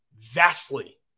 vastly